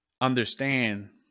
understand